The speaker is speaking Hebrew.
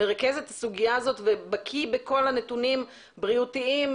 מרכז את הסוגיה הזאת ובקיא בכל הנתונים בריאותיים,